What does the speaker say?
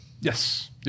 Yes